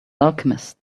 alchemist